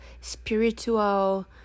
spiritual